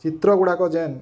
ଚିତ୍ରଗୁଡ଼ାକ ଯେନ୍